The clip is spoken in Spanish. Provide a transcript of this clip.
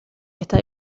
está